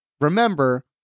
remember